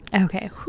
okay